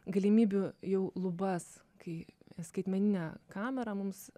galimybių jau lubas kai skaitmeninė kamera mums